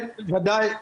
כן, ודאי.